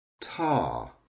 tar